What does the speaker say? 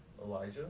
Elijah